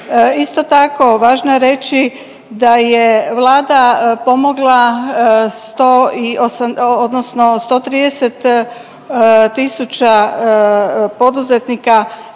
Isto tako, važno je reći da je vlada pomogla 100 i odnosno